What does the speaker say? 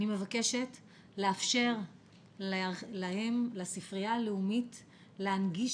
אני מבקשת לאפשר לספרייה הלאומית להנגיש